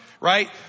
right